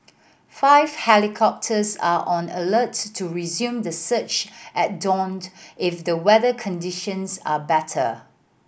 five helicopters are on alert to resume the search at daunt if the weather conditions are better